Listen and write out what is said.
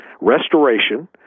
restoration